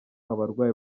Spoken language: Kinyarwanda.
abarwayi